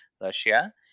Russia